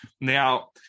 Now